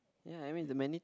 ya I mean the many